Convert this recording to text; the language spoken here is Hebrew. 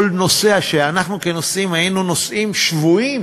כל נוסע, אנחנו כנוסעים היינו נוסעים שבויים,